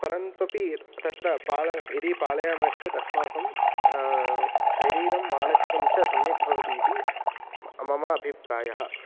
परन्त्वपि तत्र पाल यदि पालयामश्चेत् अस्माकं शरीरं मानसिकं च सम्यक् भवति इति म् मम अभिप्रायः